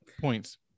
Points